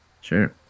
sure